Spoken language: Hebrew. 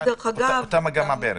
אותה מגמה בערך.